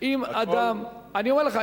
אני אומר לך,